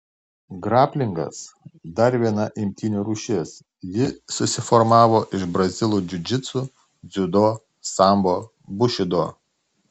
graplingas dar viena imtynių rūšis ji susiformavo iš brazilų džiudžitsu dziudo sambo bušido